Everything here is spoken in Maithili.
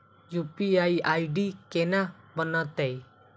यु.पी.आई आई.डी केना बनतै?